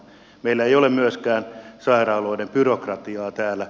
meillä ei ole myöskään sairaaloiden byrokratiaa täällä